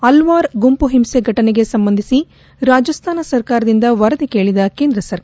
ಅಲ್ವಾರ್ ಗುಂಪುಹಿಂಸೆ ಫಟನೆಗೆ ಸಂಬಂಧಿಸಿ ರಾಜಸ್ತಾನ ಸರ್ಕಾರದಿಂದ ವರದಿ ಕೇಳದ ಕೇಂದ್ರ ಸರ್ಕಾರ